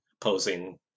posing